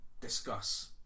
discuss